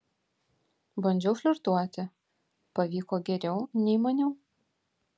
bandžiau flirtuoti pavyko geriau nei maniau